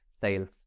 sales